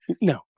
No